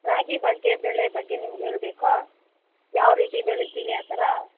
ರಾಗಿ ಬಗ್ಗೆ ಬೆಳೆ ಬಗ್ಗೆ ನಿಮಗೆ ಹೇಳಬೇಕಾ ಯಾವ ರೀತಿ ಬೆಳೀತೀವಿ ಆ ಥರ